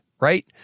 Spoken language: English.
right